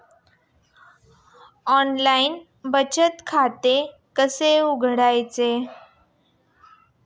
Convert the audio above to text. Online बचत खाते कसे उघडायचे?